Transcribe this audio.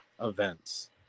events